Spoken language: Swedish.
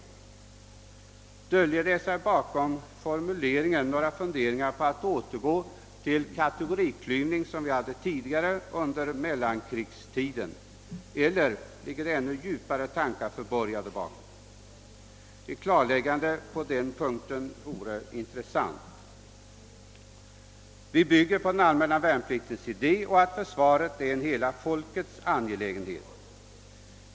Döljer sig bakom formuleringar några funderingar på att återgå till den kategoriklyvning som vi hade tidigare under mellankrigstiden eller ligger det ännu djupare tankar förborgade i denna formulering? Ett klarläggande på den punkten vore intressant. Vi bygger på den allmänna värnpliktens idé och på att försvaret är en hela folkets angelägenhet.